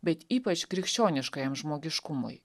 bet ypač krikščioniškajam žmogiškumui